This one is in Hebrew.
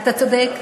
אתה צודק,